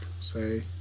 say